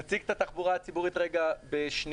נציג את התחבורה הציבורית בשנייה,